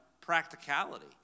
practicality